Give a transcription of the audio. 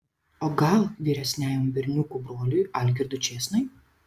o gal vyresniajam berniukų broliui algirdui čėsnai